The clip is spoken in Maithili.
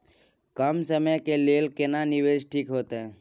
कम समय के लेल केना निवेश ठीक होते?